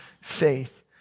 faith